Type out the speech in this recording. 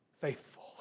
faithful